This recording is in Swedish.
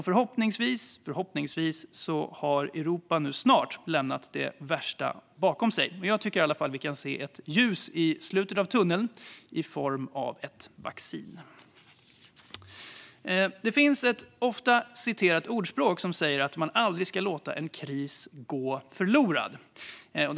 Förhoppningsvis, förhoppningsvis har Europa snart lämnat det värsta bakom sig. Jag tycker i alla fall att vi kan se ett ljus i slutet av tunneln i form av ett vaccin. Det finns ett ofta citerat ordspråk som säger att man aldrig ska låta en kris gå till spillo.